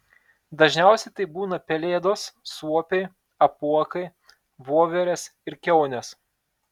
dažniausia tai būna pelėdos suopiai apuokai voverės ir kiaunės